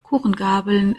kuchengabeln